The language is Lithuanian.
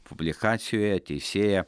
publikacijoje teisėja